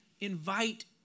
invite